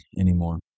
anymore